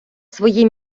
свої